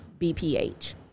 BPH